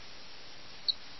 അത് സത്യമാണ്